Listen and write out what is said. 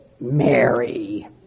Mary